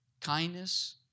Kindness